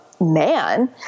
man